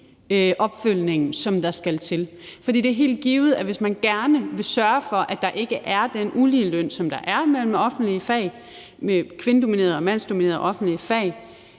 opfølgningen, som der skal til. For det er jo helt givet, hvis man gerne vil sørge for, at der ikke er den uligeløn, som der er mellem de kvindedominerede og mandsdominerede offentlige fag,